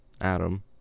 adam